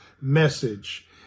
message